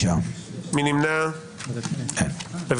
9 נמנעים, אין לא אושרה.